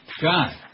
God